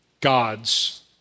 God's